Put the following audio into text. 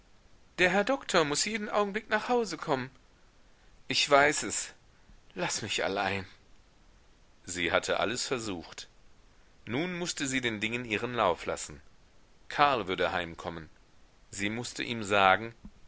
der herr doktor muß jeden augenblick nach hause kommen ich weiß es laß mich allein sie hatte alles versucht nun mußte sie den dingen ihren lauf lassen karl würde heimkommen sie mußte ihm sagen